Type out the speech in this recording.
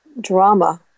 drama